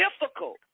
difficult